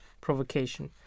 provocation